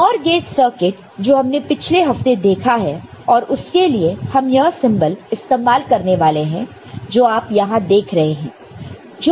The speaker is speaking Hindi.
NOR गेट सर्किट जो हमने पिछले हफ्ते देखा है और उसके लिए हम यह सिंबल इस्तेमाल करने वाले हैं जो आप यहां देख रहे हैं